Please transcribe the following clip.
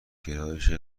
گرایش